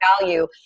value